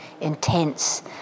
intense